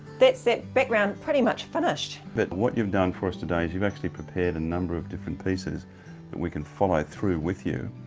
that's that background pretty much finished. but what you've done for us today is you've actually prepared a number of different pieces that we can follow through with you.